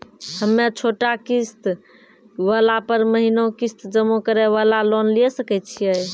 हम्मय छोटा किस्त वाला पर महीना किस्त जमा करे वाला लोन लिये सकय छियै?